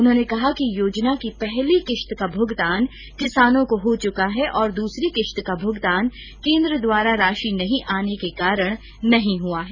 उन्होंने कहा कि योजना की पहली किश्त का भुगतान किसानों को हो चुका है और दूसरी किश्त का भुगतान केन्द्र द्वारा राशि नहीं आने के कारण नहीं हुआ है